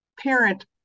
parent